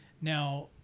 Now